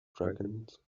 dragons